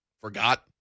forgot